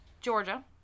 Georgia